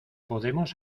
podemos